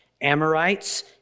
Amorites